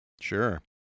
Sure